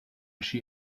she